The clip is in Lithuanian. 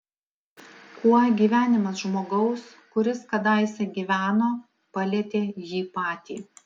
kuo gyvenimas žmogaus kuris kadaise gyveno palietė jį patį